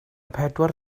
pedwar